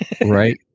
Right